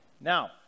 Now